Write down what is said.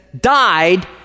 died